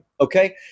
okay